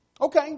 Okay